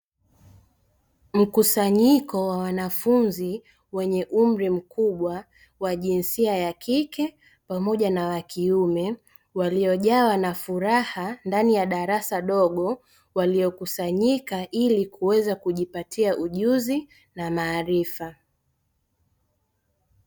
Mkusanyiko wa wanafunzi wenye umri mkubwa wa jinsia ya kike pamoja na wa kiume waliojawana furaha ndani ya darasa dogo, waliokusanyika ili kuweza kujipatia ujuzi na maarifa.